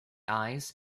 eyes